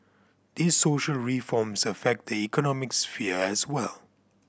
these social reforms affect the economic sphere as well